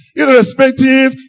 irrespective